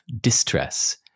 distress